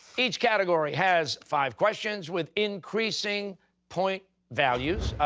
each category has five questions with increasing point values.